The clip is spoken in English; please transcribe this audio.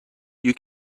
you